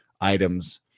items